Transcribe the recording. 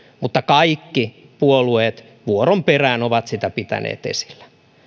mutta kaikki puolueet vuoron perään ovat sitä pitäneet esillä